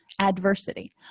adversity